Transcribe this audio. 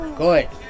good